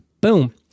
Boom